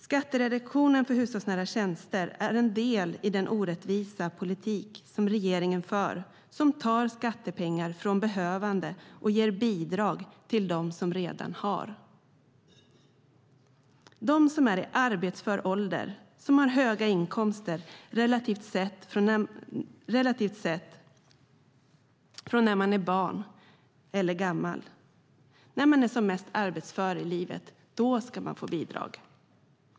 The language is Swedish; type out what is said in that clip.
Skattereduktionen för hushållsnära tjänster är en del i den orättvisa politik som regeringen för, som tar skattepengar från behövande och ger bidrag till dem som redan har, till dem som är i arbetsför ålder och, relativt sett, har höga inkomster antingen de är unga eller gamla. När man är som mest arbetsför ska man alltså få bidrag.